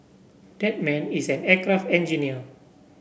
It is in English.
that man is an aircraft engineer